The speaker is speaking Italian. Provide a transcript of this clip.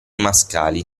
mascali